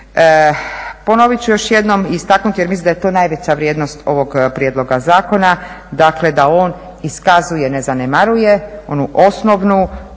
Ponovit ću još jednom, istaknuti jer mislim da je to najveća vrijednost ovog prijedloga zakona, dakle da on iskazuje, ne zanemaruje onu osnovnu